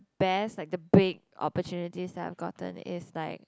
best like the big opportunities that I've gotten is like